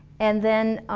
and then,